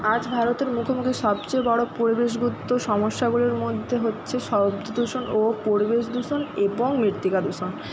আজ ভারতের মুখোমুখি সবচেয়ে বড়ো পরিবেশ সমস্যাগুলির মধ্যে হচ্ছে শব্দ দূষণ ও পরিবেশ দূষণ এবং মৃত্তিকা দূষণ